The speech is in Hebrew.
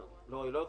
לא.